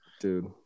dude